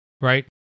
right